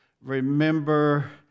remember